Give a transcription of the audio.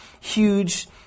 huge